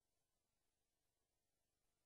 חבר הכנסת נחמן שי,